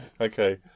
Okay